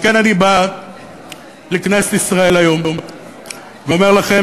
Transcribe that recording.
על כן אני בא לכנסת ישראל היום ואומר לכם: